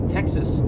Texas